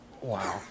Wow